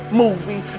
movie